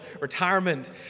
retirement